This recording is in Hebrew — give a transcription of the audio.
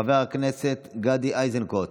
חבר הכנסת גדי איזנקוט,